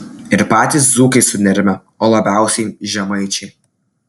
ir patys dzūkai sunerimę o labiausiai žemaičiai